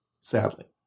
sadly